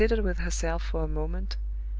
considered with herself for a moment,